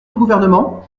gouvernement